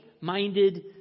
minded